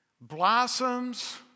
Blossoms